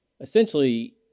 essentially –